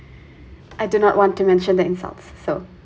I do not want to mention that insults so